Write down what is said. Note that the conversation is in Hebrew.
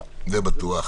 בבקשה.